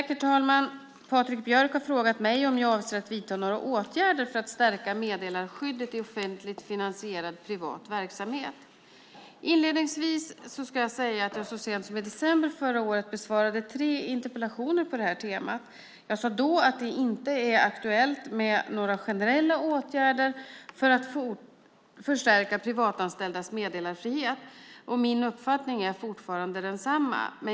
Herr talman! Patrik Björck har frågat mig om jag avser att vidta några åtgärder för att stärka meddelarskyddet i offentligt finansierad privat verksamhet. Inledningsvis ska jag säga att jag så sent som i december förra året besvarade tre interpellationer på detta tema. Jag sade då att det inte är aktuellt med några generella åtgärder för att förstärka privatanställdas meddelarfrihet. Min uppfattning är fortfarande densamma.